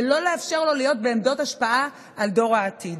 ולא לאפשר לו להיות בעמדות השפעה על דור העתיד.